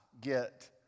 get